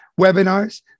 webinars